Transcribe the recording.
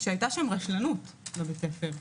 שהיתה רשלנות בבית הספר,